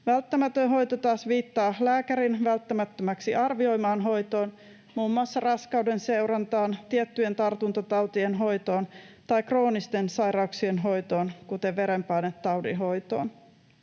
Välttämätön hoito taas viittaa lääkärin välttämättömäksi arvioimaan hoitoon, muun muassa raskauden seurantaan, tiettyjen tartuntatautien hoitoon tai kroonisten sairauksien hoitoon, kuten verenpainetaudin hoitoon.